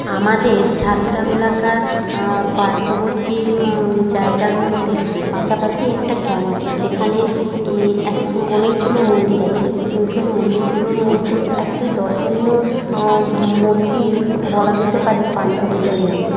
আমাদের ঝাড়গ্রাম এলাকার পার্শ্ববর্তী জায়গার মধ্যে পাশাপাশি একটি গ্রাম আছে সেখানে এক অনেকগুলি মন্দির আছে সেই মন্দিরগুলির মধ্যে একটি দর্শনীয় মন্দির বলা যেতে পারে পাঞ্জাবিদের মন্দির